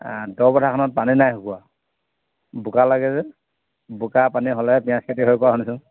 দ পথাৰখনত পানী নাই শুকোৱা বোকা লাগে যে বোকা পানী হ'লেহে পিয়াঁজ খেতি হৈ পোৱা শুনিছোঁ